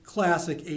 Classic